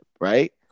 Right